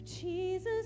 Jesus